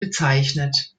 bezeichnet